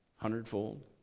hundredfold